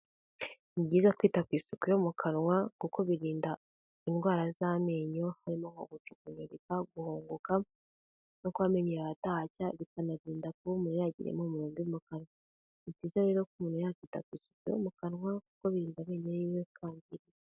Ni byiza kwita ku isuku yo mu kanwa kuko birinda indwara z'amenyo, harimo nko gucukunyurika, guhongoka no kuba amenyo yawe atacya bikanarinda kuba umuntu yagira impumuro mbi mu kanwa, ni byiza rero kuba umuntu ya kwita ku isuku yo mukanwa kuko birinda amenyo yiwe kwangirika.